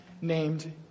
named